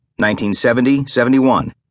1970-71